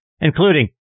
including